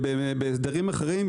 בהסדרים אחרים,